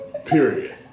Period